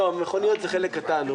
לא, מכוניות זה חלק קטן.